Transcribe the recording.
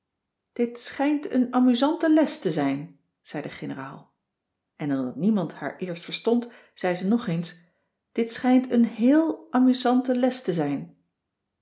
dit schijnt een amusante les te zijn zei de generaal en omdat niemand haar eerst verstond zei ze nog eens dit schijnt een heèl amusante les te zijn